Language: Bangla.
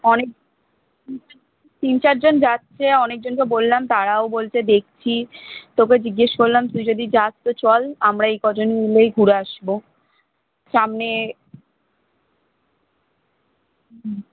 অনেক তিন চারজন যাচ্ছে অনেক জনকে বললাম তারাও বলছে দেখছি তোকে জিজ্ঞেস করলাম তুই যদি যাস তো চল আমরা এই কজন মিলেই ঘুরে আসবো সামনে